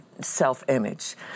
self-image